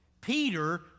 Peter